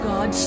God